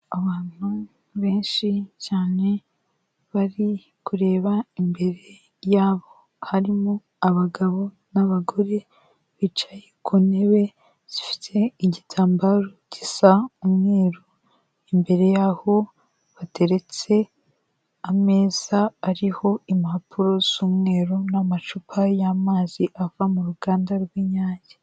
Abantu benshi cyane bari kureba imbere yabo, harimo abagabo n'abagore bicaye ku ntebe zifite igitambaro gisa umweru, imbere yaho hateretse ameza ariho impapuro z'umweru n'amacupa y'amazi ava mu ruganda rw'Inyange.